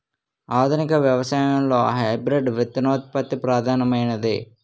ఆధునిక వ్యవసాయంలో హైబ్రిడ్ విత్తనోత్పత్తి ప్రధానమైనది